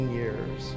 years